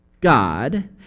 God